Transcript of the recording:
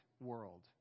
world